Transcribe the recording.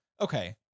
Okay